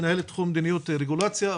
מנהלת תחום מדיניות רגולציה,